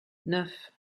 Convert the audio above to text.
neuf